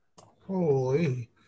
Holy